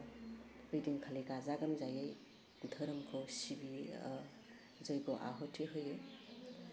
ओइदिनखालि गाजा गोमजायै धोरोमखौ सिबियो जय्ग' आहुति होयो